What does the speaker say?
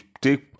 take